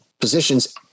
positions